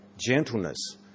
gentleness